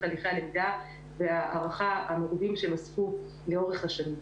תהליכי הלמידה וההערכה המרובים שהם אספו לאורך השנים.